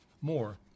more